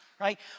right